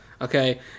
Okay